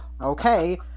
okay